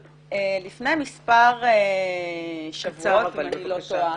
לפני מספר שבועות, אם אני לא טועה,